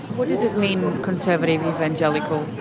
what does it mean, conservative evangelical?